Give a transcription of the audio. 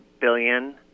billion